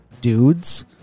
dudes